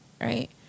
right